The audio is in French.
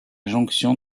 jonction